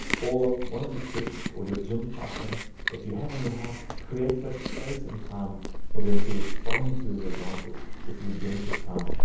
or one of your kids or your gym partner that you have on your heart creates that space and time for them to respond to his advances, this redemptive time.